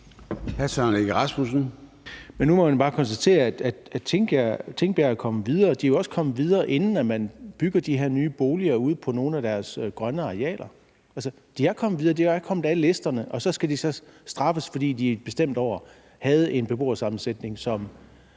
nu må man bare konstatere, at Tingbjerg er kommet videre, og de er jo kommet videre, før man har bygget de her nye boliger ude på nogle af deres grønne arealer. De er kommet videre, de er kommet af listerne, og så skal så straffes, fordi de i et bestemt år havde en beboersammensætning, som